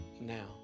now